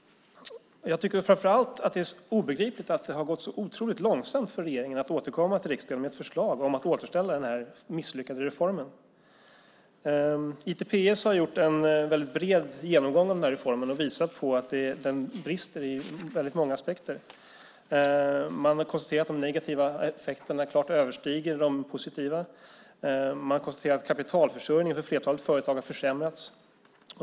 Jag tycker framför allt att det är obegripligt att det har gått så otroligt långsamt för regeringen att återkomma till riksdagen med ett förslag om att återställa den här misslyckade reformen. ITPS har gjort en väldigt bred genomgång av den här reformen och visat på att den brister i väldigt många aspekter. Man har konstaterat att de negativa effekterna klart överstiger de positiva. Man har konstaterat att kapitalförsörjningen för flertalet företag har försämrats.